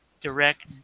direct